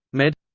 med.